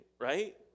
right